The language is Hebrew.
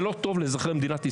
זה לא טוב לאזרחי מדינת ישראל.